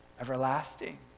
everlasting